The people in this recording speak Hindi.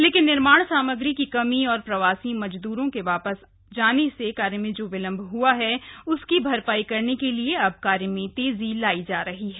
लेकिन निर्माण सामग्री की कमी और प्रवासी मजदूरों के वापस जाने से कार्य में जा विलंब हआ है उसकी भरपाई करने के लिए अब कार्य में तेजी लाई जा रही है